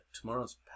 tomorrow's